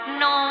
no